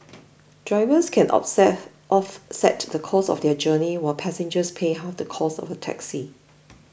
drivers can offset off set the cost of their journey while passengers pay half the cost of a taxi